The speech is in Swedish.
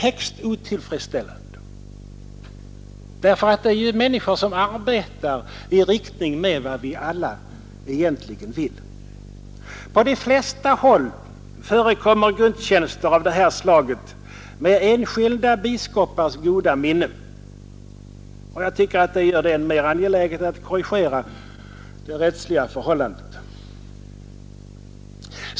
Dessa präster arbetar ju i riktning mot vad vi alla egentligen vill. På många håll förekommer gudstjänster av detta slag med enskilda biskopars goda minne. Jag tycker att detta förhållande gör det än mer angeläget att korrigera de rättsliga betingelserna.